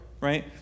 right